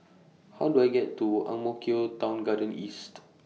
How Do I get to Ang Mo Kio Town Garden East